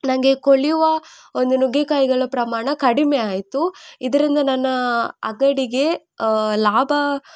ನನಗೆ ಕೊಳೆಯುವ ಒಂದು ನುಗ್ಗೆಕಾಯಿಗಳ ಪ್ರಮಾಣ ಕಡಿಮೆ ಆಯಿತು ಇದರಿಂದ ನನ್ನ ಅಂಗಡಿಗೆ ಲಾಭ